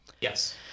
Yes